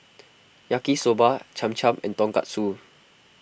Yaki Soba Cham Cham and Tonkatsu